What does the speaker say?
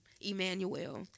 Emmanuel